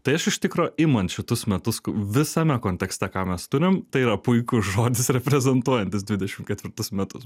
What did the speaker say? tai aš iš tikro imant šitus metus k visame kontekste ką mes turim tai yra puikus žodis reprezentuojantis dvidešim ketvirtus metus